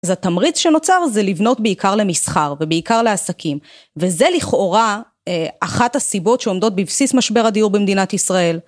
אז התמריץ שנוצר זה לפנות בעיקר למסחר, ובעיקר לעסקים, וזה לכאורה אחת הסיבות שעומדות בבסיס משבר הדיור במדינת ישראל.